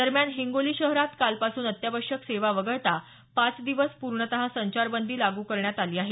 दरम्यान हिंगोली शहरात कालपासून अत्यावश्यक सेवा वगळता पाच दिवस पूर्णत संचारबंदी लागू करण्यात आली आहे